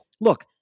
look